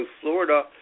Florida